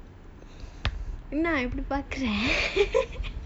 என்ன இப்டி பாக்குற:enna ipdi paakura